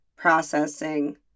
processing